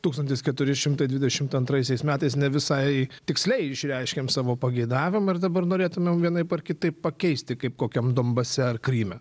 tūkstantis keturi šimtai dvidešimt antraisiais metais ne visai tiksliai išreiškėm savo pageidavimą ir dabar norėtumėm vienaip ar kitaip pakeisti kaip kokiam donbase ar kryme